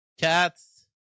Cats